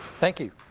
thank you.